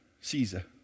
Caesar